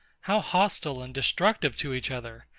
how hostile and destructive to each other!